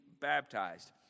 baptized